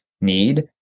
need